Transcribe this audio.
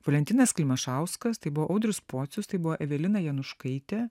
valentinas klimašauskas tai buvo audrius pocius tai buvo evelina januškaitė